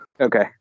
Okay